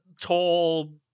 tall